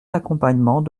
d’accompagnement